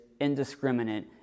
indiscriminate